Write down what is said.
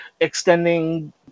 extending